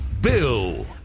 Bill